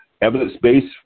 evidence-based